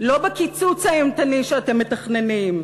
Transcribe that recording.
לא בקיצוץ האימתני שאתם מתכננים,